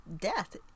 death